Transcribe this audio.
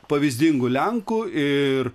pavyzdingu lenku ir